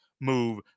Move